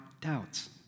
doubts